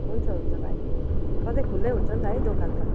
हुन्छ हुन्छ भाइ सधैँ खुल्लै हुन्छ नि त है दोकान त